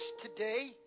today